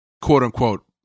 quote-unquote